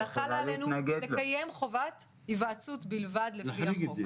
אלא חלה עלינו חובת היוועצות בלבד לפי החוק.